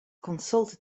consulted